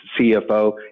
CFO